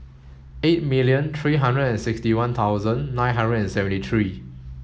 eight million three hundred and sixty one thousand nine hundred and seventy three